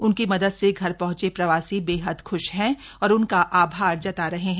उनकी मदद से घर पहंचे प्रवासी बेहद खुश हैं और उनका आभार जता रहे हैं